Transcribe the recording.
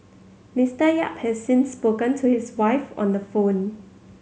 Mister Yap has since spoken to his wife on the phone